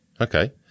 Okay